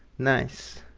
nice!